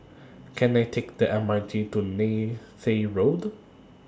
Can I Take The M R T to Neythai Road